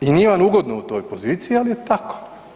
I nije vam ugodno u toj poziciji, ali je tako.